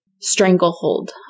stranglehold